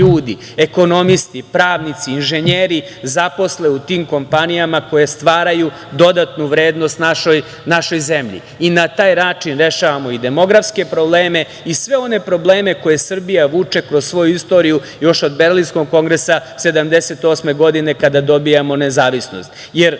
ekonomisti, pravnici, inženjeri zaposle u tim kompanijama koje stvaraju dodatnu vrednost našoj zemlji i na taj način rešavamo i demografske probleme i sve one probleme koje Srbija vuče kroz svoju istoriju još od Berlinskog kongres 1978. godine kada dobijamo nezavisnost. Nažalost,